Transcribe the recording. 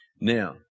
Now